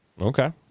Okay